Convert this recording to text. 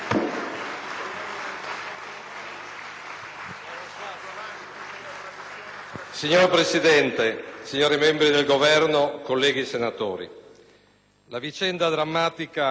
Signor Presidente, signori membri del Governo, colleghi senatori, la vicenda drammatica di Eluana Englaro ha colpito